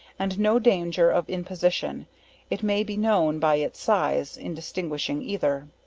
and no danger of imposition it may be known by its size, in distinguishing either.